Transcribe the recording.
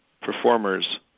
performers